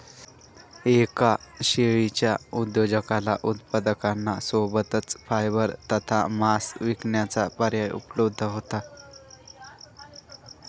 एका शेळीच्या उद्योजकाला उत्पादकांना सोबतच फायबर तथा मांस विकण्याचा पर्याय उपलब्ध होतो